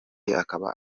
akaba